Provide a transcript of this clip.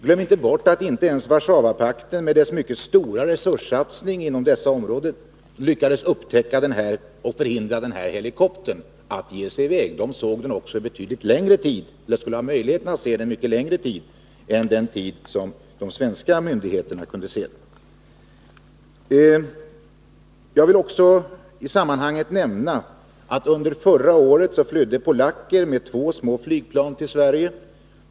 Glöm inte bort att inte ens Warszawapakten med dess mycket stora resurser på detta område lyckades upptäcka och förhindra denna helikopter att ge sig iväg. Warszawapakten hade möjlighet att se den mycket längre tid än de svenska myndigheterna. Jag vill också i sammanhanget nämna att polacker under förra året flydde till Sverige med två små flygplan.